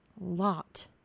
lot